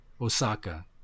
Osaka